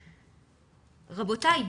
רבותיי,